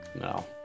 No